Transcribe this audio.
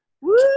Woo